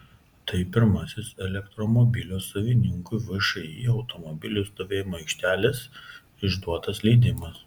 tai pirmasis elektromobilio savininkui všį automobilių stovėjimo aikštelės išduotas leidimas